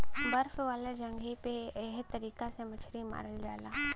बर्फ वाला जगही पे एह तरीका से मछरी मारल जाला